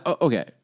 okay